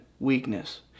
weakness